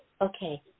Okay